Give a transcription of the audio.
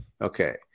Okay